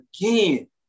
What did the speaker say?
again